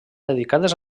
dedicades